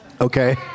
Okay